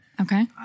okay